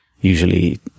usually